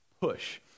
push